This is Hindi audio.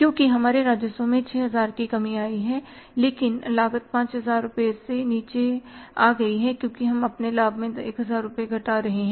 क्योंकि हमारे राजस्व में 6000 रूपए की कमी आई है लेकिन लागत 5000 रूपए से नीचे आ गई है इसलिए हम अपने लाभ में 1000 रूपए घटा रहे हैं